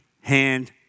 hand